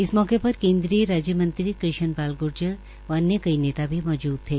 इस मौके पर केन्द्रीय राज्य मंत्री कृष्ण पाल ग्र्जर व कई अन्य नेता मौजूद थे